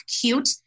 cute